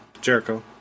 Jericho